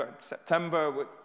September